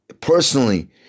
personally